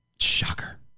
Shocker